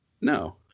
no